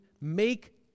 make